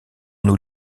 nous